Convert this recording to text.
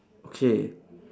okay